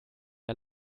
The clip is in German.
der